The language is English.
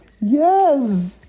yes